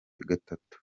gatatu